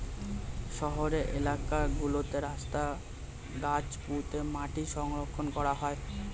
শহুরে এলাকা গুলোতে রাস্তায় গাছ পুঁতে মাটি সংরক্ষণ করা হয়